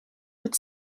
but